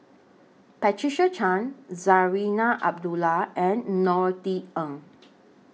Patricia Chan Zarinah Abdullah and Norothy Ng